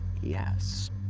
Yes